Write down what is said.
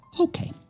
Okay